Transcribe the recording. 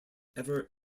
ever